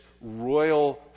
royal